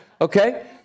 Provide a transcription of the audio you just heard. okay